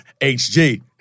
HG